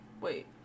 Wait